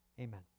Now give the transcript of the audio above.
Amen